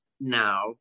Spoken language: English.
now